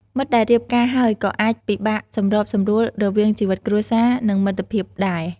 មិត្តដែលរៀបការហើយក៏អាចពិបាកសម្របសម្រួលរវាងជីវិតគ្រួសារ និងមិត្តភាពដែរ។